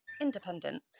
independent